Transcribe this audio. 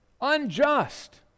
unjust